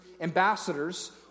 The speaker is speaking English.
ambassadors